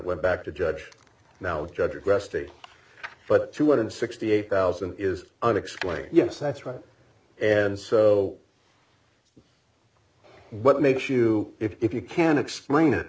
went back to judge now the judge regressed eight but two hundred sixty eight thousand is unexplained yes that's right and so what makes you if you can explain it